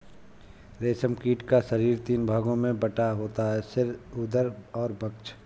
रेशम कीट का शरीर तीन भागों में बटा होता है सिर, उदर और वक्ष